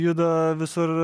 juda visur